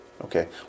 okay